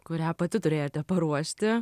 kurią pati turėjote paruošti